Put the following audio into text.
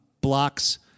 blocks